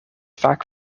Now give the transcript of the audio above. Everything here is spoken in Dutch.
vaak